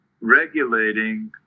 regulating